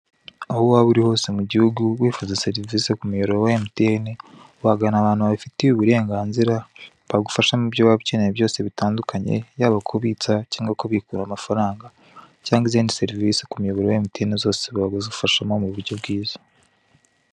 Aho waba uri hose mu gihugu, wifuza serivisi ku muyoboro wa emutiyeni wagana abantu babifitiye uburenganzira bagufasha mu byo waba ukeneye bitandukanye, yaba kubitsa cyangwa kubikura amafaranga, cyangwa izindi serivisi ku muyoboro wa emutiyeni, zose babigufashamo mu buryo bwiza.